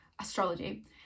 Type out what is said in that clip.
astrology